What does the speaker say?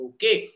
Okay